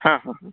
हां हां